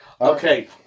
okay